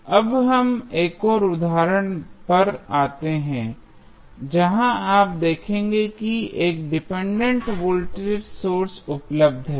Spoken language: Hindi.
तो अब हम एक और उदाहरण पर आते हैं जहां आप देखेंगे कि एक डिपेंडेंट वोल्टेज सोर्स उपलब्ध है